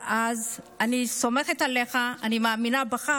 אז אני סומכת עליך ומאמינה בך.